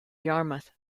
yarmouth